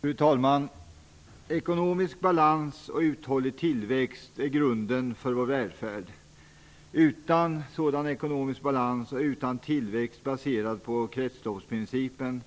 Fru talman! Ekonomisk balans och uthållig tillväxt är grunden för vår välfärd. Utan sådan ekonomisk balans och utan tillväxt baserad på kretsloppsprincipen